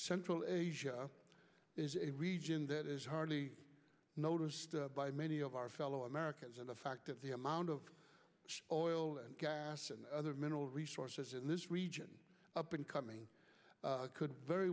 central asia is a region that is hardly noticed by many of our fellow americans and the fact that the amount of oil and gas and other mineral resources in this region up and coming could very